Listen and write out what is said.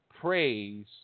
praise